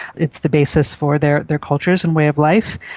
it's the basis for their their cultures and way of life.